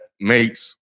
makes